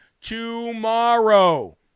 tomorrow